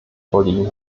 vorliegen